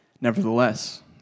Nevertheless